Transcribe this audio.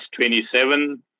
27